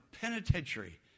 penitentiary